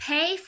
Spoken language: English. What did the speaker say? Pay